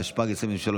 התשפ"ג 2023,